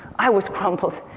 i was crumpled.